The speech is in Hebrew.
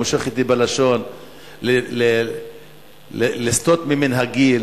מושך אותי בלשון לסטות ממנהגי,